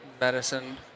medicine